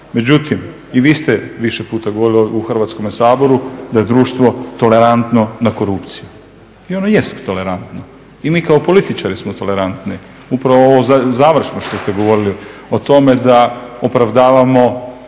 međutim i vi ste više puta govorili u Hrvatskom saboru da je društvo tolerantno na korupciju i ono jest tolerantno i mi kao političari smo tolerantni. Upravo ovo završno što ste govorili o tome da opravdavamo i